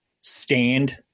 stand